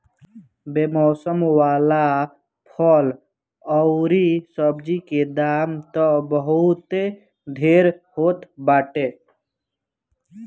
बेमौसम वाला फल अउरी सब्जी के दाम तअ बहुते ढेर होत बाटे